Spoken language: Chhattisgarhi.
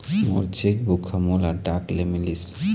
मोर चेक बुक ह मोला डाक ले मिलिस